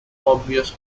obvious